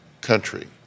country